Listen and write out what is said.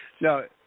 no